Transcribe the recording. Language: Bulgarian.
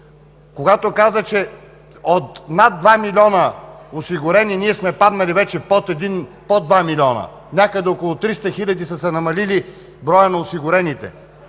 когато каза, че от над два милиона осигурени, сме паднали вече под два милиона – някъде с около 300 хиляди се е намалил броят на осигурените.